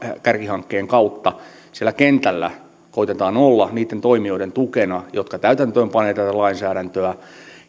kärkihankkeen kautta siellä kentällä koetetaan olla niitten toimijoiden tukena jotka täytäntöönpanevat tätä lainsäädäntöä